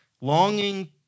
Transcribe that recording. Longing